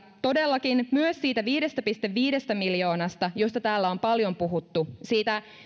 todellakin myös siitä viidestä pilkku viidestä miljoonasta josta täällä on paljon puhuttu siitä